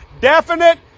definite